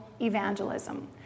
evangelism